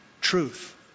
truth